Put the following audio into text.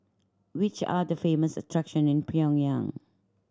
which are the famous attraction in Pyongyang